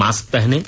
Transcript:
mask पहनें